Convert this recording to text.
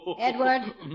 Edward